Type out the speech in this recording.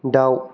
दाउ